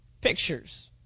pictures